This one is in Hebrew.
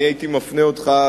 הייתי מפנה אותך,